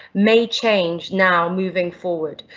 may change now moving forward.